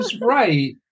right